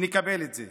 ונקבל את זה.